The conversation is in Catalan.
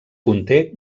conté